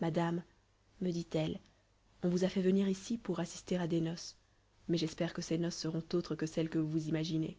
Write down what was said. madame me dit-elle on vous a fait venir ici pour assister à des noces mais j'espère que ces noces seront autres que celles que vous vous imaginez